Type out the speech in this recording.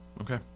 okay